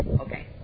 okay